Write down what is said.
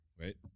Right